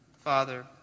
Father